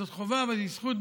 זאת חובה אבל היא זכות,